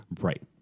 right